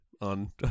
On